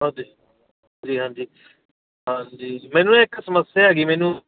ਹਾਂਜੀ ਜੀ ਹਾਂਜੀ ਹਾਂਜੀ ਮੈਨੂੰ ਨਾ ਇੱਕ ਸਮੱਸਿਆ ਹੈਗੀ ਮੈਨੂੰ